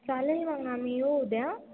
चालेल मग आम्ही येऊ उद्या